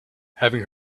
having